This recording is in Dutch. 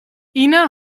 ine